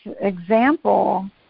example